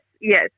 yes